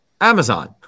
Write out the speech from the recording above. Amazon